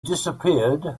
disappeared